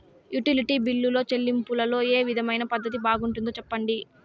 Utility బిల్లులో చెల్లింపులో ఏ విధమైన పద్దతి బాగుంటుందో సెప్పండి?